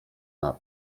nad